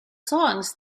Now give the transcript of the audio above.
songs